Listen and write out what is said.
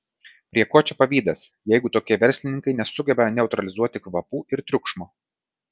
prie ko čia pavydas jeigu tokie verslininkai nesugeba neutralizuoti kvapų ir triukšmo